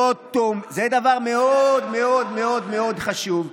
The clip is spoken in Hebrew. זה דבר מאוד מאוד מאוד חשוב,